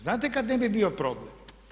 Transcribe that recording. Znate kad ne bi bio problem.